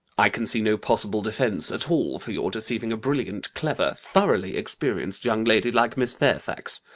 i can see no possible defence at all for your deceiving a brilliant, clever, thoroughly experienced young lady like miss fairfax.